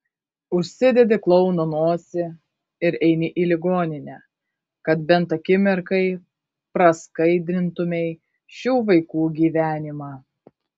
užsidedi klouno nosį ir eini į ligoninę kad bent akimirkai praskaidrintumei šių vaikų gyvenimą